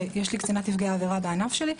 ויש לי קצינת נפגעי עבירה בענף שלי,